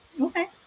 okay